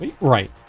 right